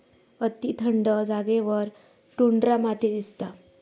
अती थंड जागेवर टुंड्रा माती दिसता